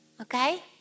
Okay